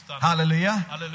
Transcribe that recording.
Hallelujah